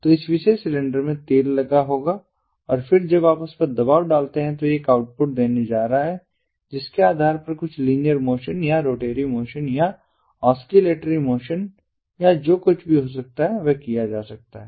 तो इस विशेष सिलेंडर में तेल होगा और फिर जब आप उस पर दबाव डालते हैं तो यह एक आउटपुट देने जा रहा है जिसके आधार पर कुछ लीनियर मोशन या रोटरी मोशन या ऑस्किलेटरी मोशन या जो कुछ भी हो सकता है वह किया जा सकता है